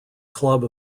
club